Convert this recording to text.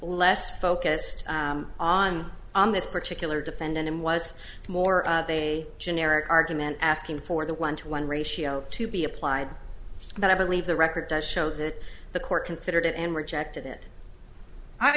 less focused on this particular defendant and was more of a generic argument asking for the one to one ratio to be applied but i believe the record does show that the court considered it and rejected it i